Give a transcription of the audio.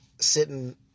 sitting